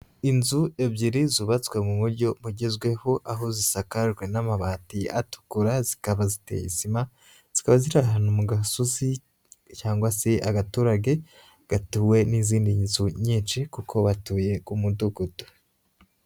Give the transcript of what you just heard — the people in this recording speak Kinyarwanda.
Inzu ebyiri zubatswe mu buryo bugezweho, aho zisakajwe n'amabati atukura, zikaba ziteye sima, zikaba ziri ahantu mu gasozi cyangwa se agaturage gatuwe n'izindi nzu nyinshi kuko batuye ku mudugudu.